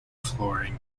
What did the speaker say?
flooring